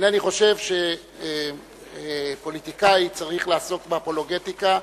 אינני חושב שפוליטיקאי צריך לעסוק באפולוגטיקה,